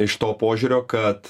iš to požiūrio kad